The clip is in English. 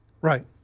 Right